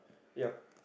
yup